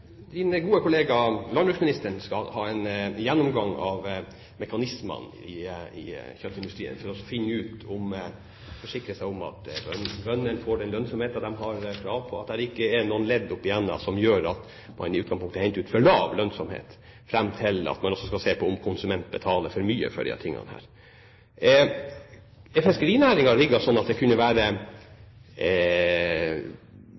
gode kollega landbruksministeren skal ha en gjennomgang av mekanismene i kjøttindustrien for å forsikre seg om at bøndene får den lønnsomheten de har krav på, og at det ikke er noen ledd som medfører at man i utgangspunktet henter ut for lav lønnsomhet. Man skal også se på om konsumentene betaler for mye. Er fiskerinæringen rigget slik at det kunne være greit å ta en gjennomgang av de forskjellige leddene i fiskerinæringen, herunder fiskeri, råstoffpris og markedsarbeid, slik at